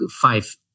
five